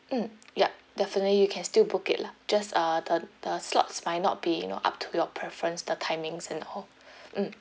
mm yup definitely you can still book it lah just uh the the slots might not be you know up to your preference the timings and all mm